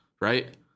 right